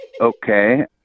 okay